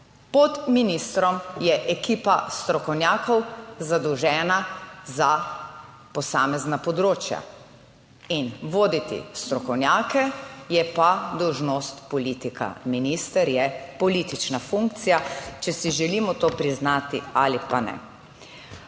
Pod ministrom je ekipa strokovnjakov zadolžena za posamezna področja in voditi strokovnjake je pa dolžnost politika. Minister je politična funkcija, če si želimo to priznati ali pa ne.